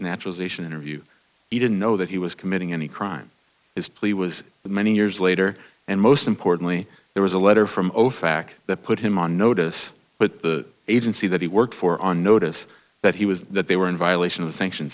naturalization interview he didn't know that he was committing any crime his plea was many years later and most importantly there was a letter from ofac that put him on notice but the agency that he worked for on notice that he was that they were in violation of the sanctions